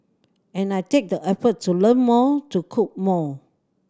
and I take the effort to learn more to cook more